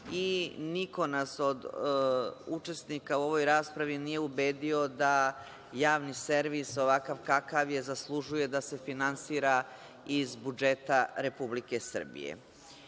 i niko nas od učesnika u ovoj raspravi nije ubedio da javni servis ovakav kakav je, zaslužuje da se finansira iz budžeta Republike Srbije. To